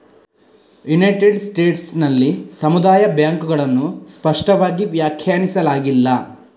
United States ನಲ್ಲಿ ಸಮುದಾಯ ಬ್ಯಾಂಕುಗಳನ್ನು ಸ್ಪಷ್ಟವಾಗಿ ವ್ಯಾಖ್ಯಾನಿಸಲಾಗಿಲ್ಲ